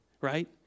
right